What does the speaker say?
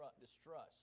Distrust